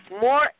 more